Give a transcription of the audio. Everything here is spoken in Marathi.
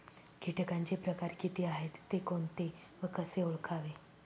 किटकांचे प्रकार किती आहेत, ते कोणते व कसे ओळखावे?